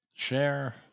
Share